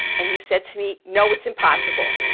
and you said to me, no, it's impossible.